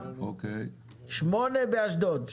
שמונה באשדוד?